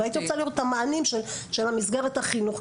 והייתי רוצה לראות את המענים של המסגרת החינוך,